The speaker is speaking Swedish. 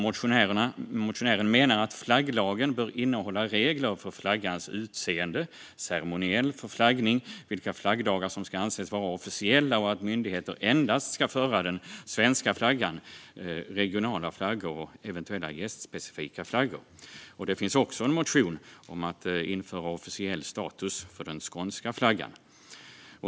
Motionären menar att flagglagen bör innehålla regler för flaggans utseende och ceremoniel för flaggning och att den ska ange vilka flaggdagar som ska anses vara officiella. Motionären menar också att myndigheter endast ska föra den svenska flaggan, regionala flaggor och eventuella gästspecifika flaggor. Det finns också en motion om att införa officiell status för den skånska flaggan.